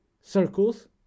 Circles